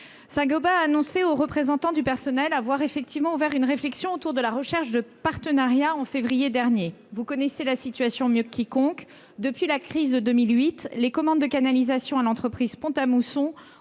Le groupe a annoncé aux représentants du personnel avoir ouvert une réflexion autour de la recherche de partenariats au mois de février dernier. Vous connaissez la situation mieux que quiconque : depuis la crise de 2008, les commandes de canalisations à l'entreprise de Pont-à-Mousson